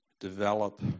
develop